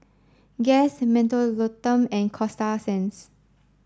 guess Mentholatum and Coasta Sands